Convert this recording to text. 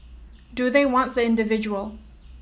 do they want the individual